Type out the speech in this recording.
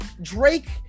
Drake